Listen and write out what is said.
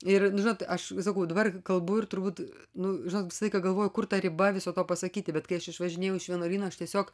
ir žinot aš sakau dabar kalbu ir turbūt nu žinot visą laiką galvoju kur ta riba viso to pasakyti bet kai aš išvažinėjau iš vienuolyno aš tiesiog